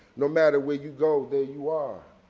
no matter where you go, there you are.